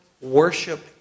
worship